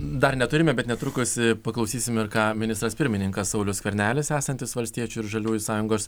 dar neturime bet netrukus paklausysime ką ministras pirmininkas saulius skvernelis esantis valstiečių ir žaliųjų sąjungos